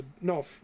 No